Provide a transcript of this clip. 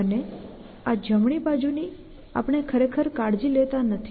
અને આ જમણી બાજુની આપણે ખરેખર કાળજી લેતા નથી